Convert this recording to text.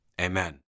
amen